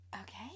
Okay